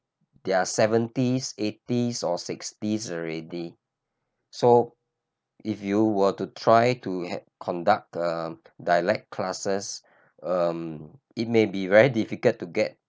their seventies eighties or sixties already so if you were to try to had conduct uh dialect classes um it may be very difficult to get